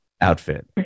outfit